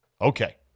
okay